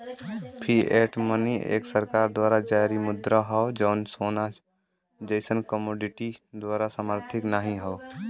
fiat money एक सरकार द्वारा जारी मुद्रा हौ जौन सोना जइसन कमोडिटी द्वारा समर्थित नाहीं हौ